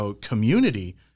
community